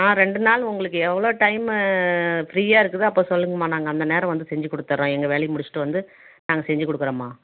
ஆ ரெண்டு நாள் உங்களுக்கு எவ்வளோ டைம்மு ஃப்ரீயாக இருக்குதோ அப்போ சொல்லுங்கம்மா நாங்கள் அந்த நேரம் வந்து செஞ்சு கொடுத்துர்றோம் எங்கள் வேலையை முடிச்சுட்டு வந்து நாங்கள் செஞ்சு கொடுக்குறோம்மா